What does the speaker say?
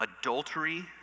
adultery